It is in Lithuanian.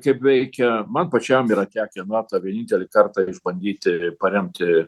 kaip veikia man pačiam yra tekę na tą vienintelį kartą išbandyti paremti